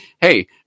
hey